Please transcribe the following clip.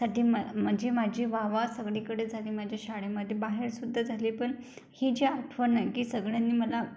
साठी म म्हणजे माझी वाहवा सगळीकडे झाली माझ्या शाळेमध्ये बाहेर सुद्धा झाली पण ही जी आठवण आहे की सगळ्यांनी मला